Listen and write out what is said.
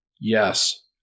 Yes